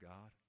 God